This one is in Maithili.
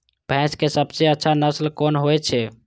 भैंस के सबसे अच्छा नस्ल कोन होय छे?